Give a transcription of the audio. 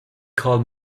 called